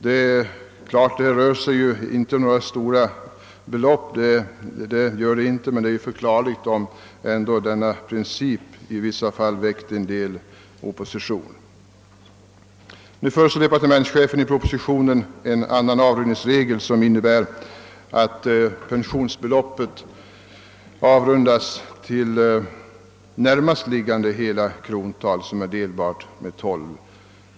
Naturligtvis rör det sig inte om några stora summor, men det är förklarligt om denna princip ändå väckt opposition. Nu föreslår departementschefen i propositionen en annan avrundningsregel, som innebär att pensionsbeloppet avrundas till närmast liggande hela krontal som är delbart med tolv.